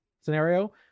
scenario